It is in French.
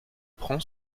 prends